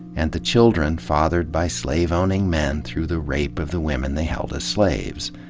and the children fathered by slave own ing men through the rape of the women they held as slaves.